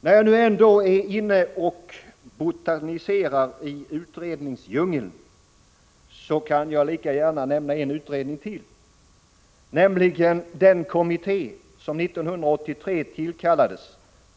När jag nu ändå botaniserar i utredningsdjungeln kan jag lika gärna nämna en utredning till, nämligen den kommitté som 1983 tillkallades